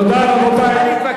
את יכולה להתווכח אתי, תודה, רבותי.